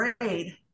grade